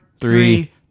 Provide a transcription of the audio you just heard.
three